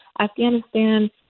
Afghanistan